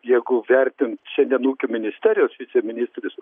jeigu vertint šiandien ūkio ministerijos viceministrės